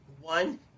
One